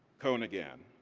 cone again,